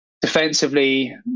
defensively